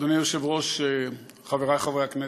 אדוני היושב-ראש, חברי חברי הכנסת,